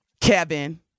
Kevin